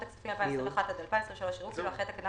הכספים 2021 עד 2023 יראו כאילו אחרי תקנה